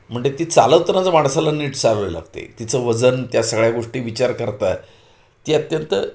म्हणजे ती चालवतानाच माणसाला नीट चालवावी लागते तिचं वजन त्या सगळ्या गोष्टी विचार करता ती अत्यंत